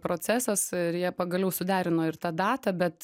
procesas ir jie pagaliau suderino ir tą datą bet